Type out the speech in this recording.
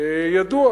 ידוע